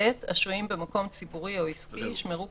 (ב) השוהים במקום ציבורי או עסקי ישמרו,